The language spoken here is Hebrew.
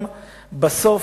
גם בסוף,